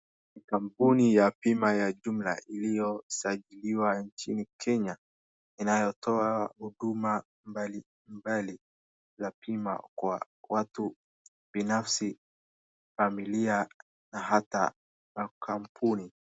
Ni kampuni ya bima ya jumla iliyosajiliwa nchini Kenya inayotoa huduma mabalimbali za bima kwa watu binafsi, familia na hata makampuni.